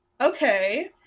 Okay